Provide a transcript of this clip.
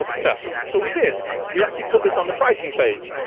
ah so we did we actually put this on the pricing page